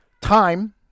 time